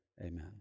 Amen